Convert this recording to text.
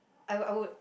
I would I would